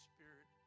Spirit